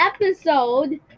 episode